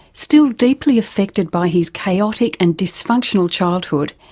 still deeply affected by his chaotic and dysfunctional childhood,